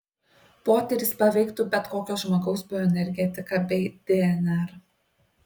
potyris paveiktų bet kokio žmogaus bioenergetiką bei dnr